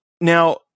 Now